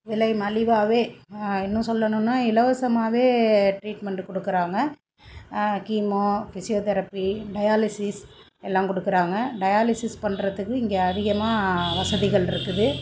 விலை மலிவாகவே இன்னும் சொல்லணும்ன்னா இலவசமாகவே ட்ரீட்மெண்டு கொடுக்கறாங்க கீமோ பிசியோதெரபி டயாலிசிஸ் எல்லாம் கொடுக்கறாங்க டயாலிசிஸ் பண்ணுறதுக்கு இங்கே அதிகமாக வசதிகள் இருக்குது